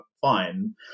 fine